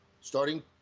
starting